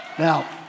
Now